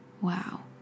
wow